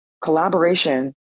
collaboration